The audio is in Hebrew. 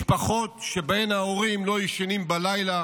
משפחות שבהן ההורים לא ישנים בלילה